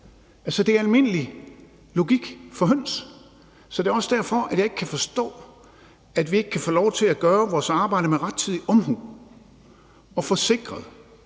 det er almindelig logik for høns. Det er også derfor, at jeg ikke kan forstå, at vi ikke kan få lov til at gøre vores arbejde med rettidig omhu og få sikret,